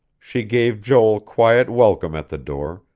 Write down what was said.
she gave joel quiet welcome at the door,